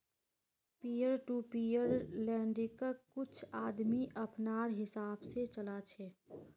peer to peer लेंडिंग्क कुछ आदमी अपनार हिसाब से चला छे